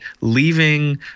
leaving